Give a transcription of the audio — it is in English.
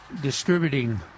distributing